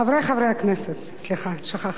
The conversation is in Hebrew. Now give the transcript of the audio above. חברי חברי הכנסת, סליחה, שכחתי,